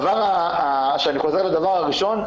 אני חוזר לדבר הראשון.